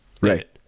Right